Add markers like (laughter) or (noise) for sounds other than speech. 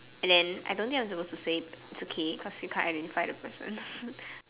and then I don't think I was supposed to say it's okay cause you can't identify the person (noise)